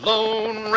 Lone